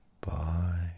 Bye